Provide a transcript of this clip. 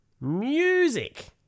music